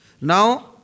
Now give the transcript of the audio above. Now